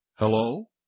Hello